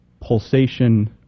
pulsation